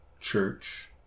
church